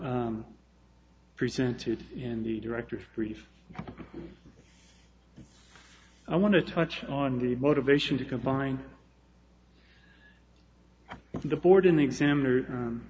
presented in the director's brief i want to touch on the motivation to combine the board and examine